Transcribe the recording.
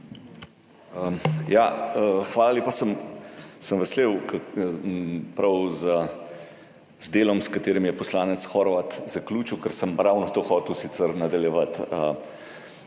Hvala lepa. Sem vesel prav zaradi dela, s katerim je poslanec Horvat zaključil, ker sem ravno s tem hotel sicer nadaljevati.